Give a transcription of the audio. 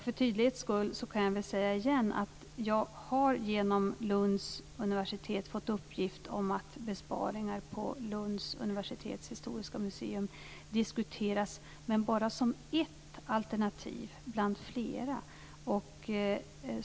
För tydlighets skull kan jag säga igen att jag genom Lunds universitet har fått uppgift om att besparingar på Lunds universitets historiska museum diskuteras, men bara som ett alternativ bland flera.